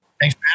Thanks